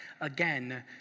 again